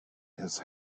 his